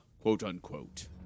quote-unquote